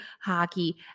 hockey